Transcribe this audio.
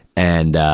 and, ah,